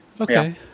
Okay